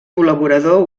col·laborador